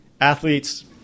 athletes